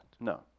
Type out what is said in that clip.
No